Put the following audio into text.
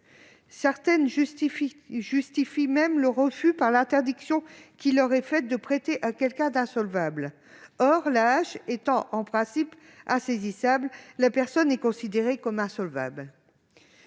Certains justifient même leur refus par l'interdiction qui leur est faite de prêter à quelqu'un d'insolvable. Or l'AAH étant, en principe, insaisissable, la personne qui la perçoit est considérée comme telle.